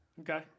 Okay